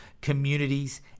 communities